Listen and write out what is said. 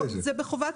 בחובת